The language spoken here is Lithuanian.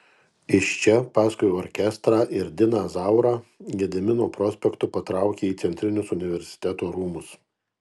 iš čia paskui orkestrą ir diną zaurą gedimino prospektu patraukė į centrinius universiteto rūmus